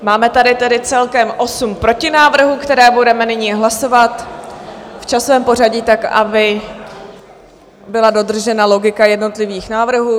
Máme tady tedy celkem osm protinávrhů, které budeme nyní hlasovat v časovém pořadí tak, aby byla dodržena logika jednotlivých návrhů.